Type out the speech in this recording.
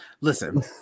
Listen